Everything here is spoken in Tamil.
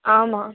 ஆமாம்